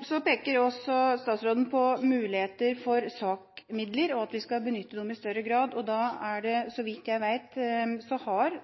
Statsråden peker også på muligheter for SAK-midler, og på at vi skal benytte dem i større grad.